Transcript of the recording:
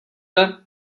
jde